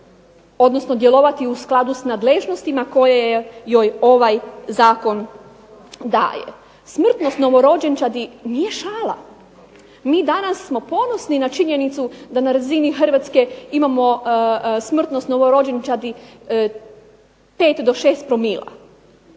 odnosno djelovati u skladu s nadležnostima koje joj ovaj zakon daje. Smrtnost novorođenčadi nije šala. Mi danas smo ponosni na činjenicu da na razini Hrvatske imamo smrtnost novorođenčadi 5 do 6 promila,